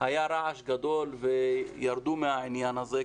היה רעש גדול וירדו מהעניין הזה,